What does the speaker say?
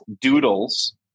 doodles